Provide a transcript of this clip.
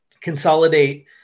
consolidate